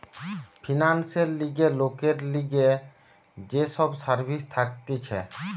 ফিন্যান্সের লিগে লোকের লিগে যে সব সার্ভিস থাকতিছে